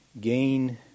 gain